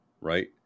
right